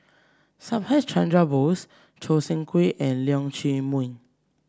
Subhas Chandra Bose Choo Seng Quee and Leong Chee Mun